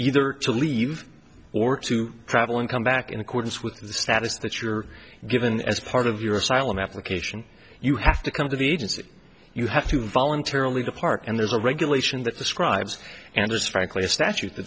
either to leave or to travel and come back in accordance with the status that you're given as part of your asylum application you have to come to the agency you have to voluntarily depart and there's a regulation that describes and is frankly a statute t